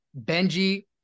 Benji